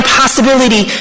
possibility